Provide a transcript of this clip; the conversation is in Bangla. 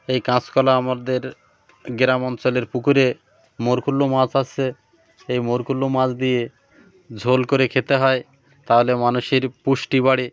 এই কাঁচকলা আমাদের গ্রাম অঞ্চলের পুকুরে মরকুল্লো মাছ আসছে এই মরকুল্লো মাছ দিয়ে ঝোল করে খেতে হয় তাহলে মানুষের পুষ্টি বাড়ে